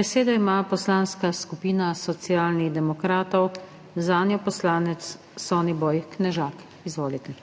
Besedo ima Poslanska skupina Socialnih demokratov, zanjo poslanec Soniboj Knežak. Izvolite.